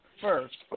first